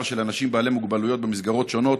של אנשים בעלי מוגבלויות במסגרות שונות,